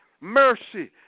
mercy